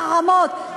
חרמות,